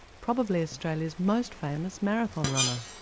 probably australia's most famous marathon runner.